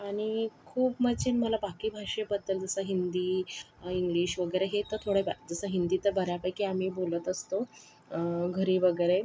आणि खूप माझी मला बाकी भाषेबद्दल जसं हिंदी इंग्लिश वगैरे हे तर थोडंसं जसं हिंदी तर बऱ्यापैकी आम्ही बोलत असतो घरी वगैरे